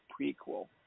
prequel